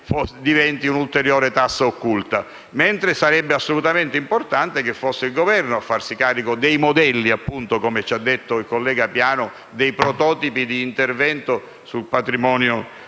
diventi un'ulteriore tassa occulta. Mentre sarebbe assolutamente importante che fosse il Governo a farsi carico dei modelli, come ci ha detto il collega Piano, dei prototipi di intervento sul patrimonio